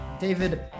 David